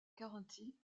carinthie